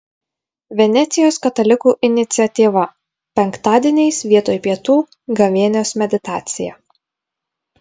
venecijos katalikų iniciatyva penktadieniais vietoj pietų gavėnios meditacija